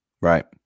Right